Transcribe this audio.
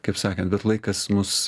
kaip sakant bet laikas mus